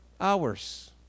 hours